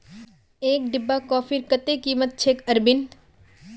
एक डिब्बा कॉफीर कत्ते कीमत छेक अरविंद